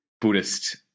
Buddhist